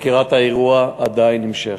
חקירת האירוע עדיין נמשכת.